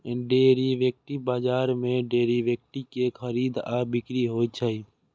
derivative बाजार मे derivative के खरीद आ बिक्री होइ छै